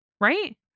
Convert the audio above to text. right